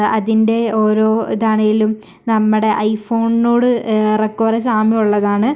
അതിൻ്റെ ഓരോ ഇതാണെങ്കിലും നമ്മുടെ ഐ ഫോണിനോട് ഏറെക്കുറേ സാമ്യമുള്ളതാണ്